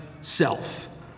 self